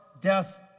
death